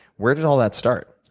where did all that start?